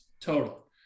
total